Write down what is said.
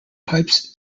pipes